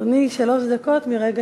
אדוני, שלוש דקות מרגע